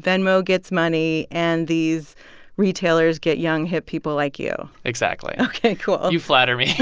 venmo gets money, and these retailers get young, hip people like you exactly ok, cool you flatter me